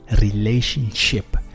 relationship